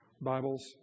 Bibles